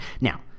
Now